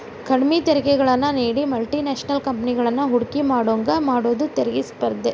ಕಡ್ಮಿ ತೆರಿಗೆಗಳನ್ನ ನೇಡಿ ಮಲ್ಟಿ ನ್ಯಾಷನಲ್ ಕಂಪೆನಿಗಳನ್ನ ಹೂಡಕಿ ಮಾಡೋಂಗ ಮಾಡುದ ತೆರಿಗಿ ಸ್ಪರ್ಧೆ